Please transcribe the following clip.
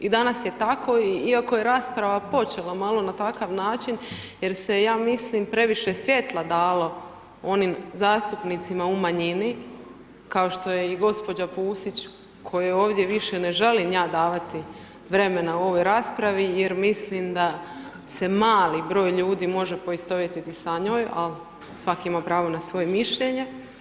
I danas je tako iako je rasprava počela malo na takav način jer se ja mislim previše svjetla dalo onim zastupnicima u manjini kao što je i gđa. Pusić kojoj ovdje više ne želim ja davati vremena u ovoj raspravi jer mislim da se mali broj ljudi može poistovjetiti sa njom, a svaki ima pravo na svoje mišljenje.